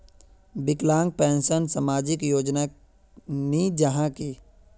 विकलांग पेंशन सामाजिक योजना नी जाहा की?